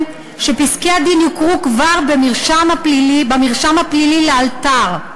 שפסקי-הדין יוכרו במרשם הפלילי לאלתר.